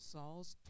Saul's